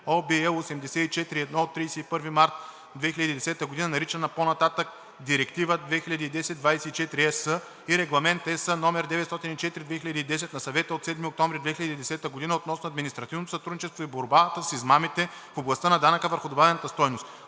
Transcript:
март 2010 г.), наричана по-нататък „Директива 2010/24/ЕС“ и Регламент (ЕС) № 904/2010 на Съвета от 7 октомври 2010 г. относно административното сътрудничество и борбата с измамите в областта на данъка върху добавената стойност